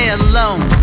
alone